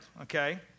okay